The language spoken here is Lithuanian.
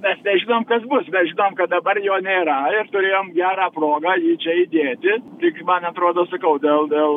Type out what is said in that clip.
mes nežinom kas bus bet žinom kad dabar jo nėra ir turėjom gerą progą jį čia įdėti tik man atrodo sakau dėl dėl